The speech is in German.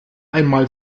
einmal